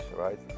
right